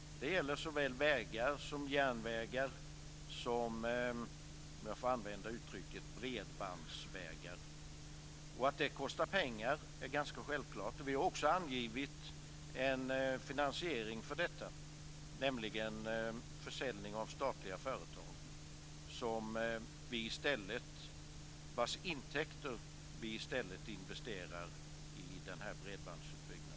Det gäller vägar, järnvägar och bredbandsvägar, om jag får använda det uttrycket. Att det kostar pengar är ganska självklart. Vi har också angett en finansiering för detta, nämligen försäljning av statliga företag. Dessa intäkter vill vi investera i denna bredbandsutbyggnad.